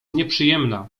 nieprzyjemna